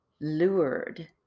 lured